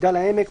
מגדל העמק,